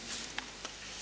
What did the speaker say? Hvala.